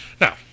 Now